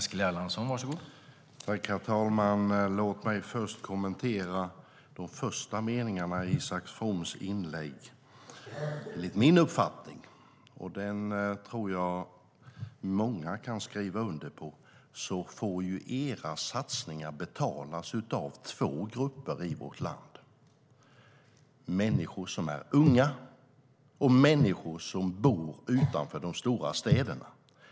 Herr talman! Låt mig först kommentera de första meningarna i Isak Froms inlägg. Enligt min uppfattning, och den tror jag att många kan skriva under på, får era satsningar betalas av två grupper i vårt land. Det är människor som är unga och människor som bor utanför de stora städerna.